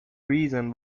reason